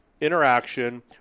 interaction